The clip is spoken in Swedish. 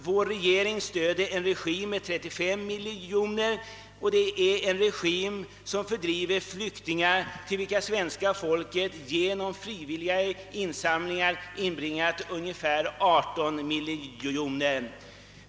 Vår regering stöder en regim med 35 miljoner kronor, och den regimen fördriver flyktingar till vilka svenska folket frivilligt samlat in ungefär 18 miljoner kronor.